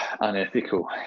Unethical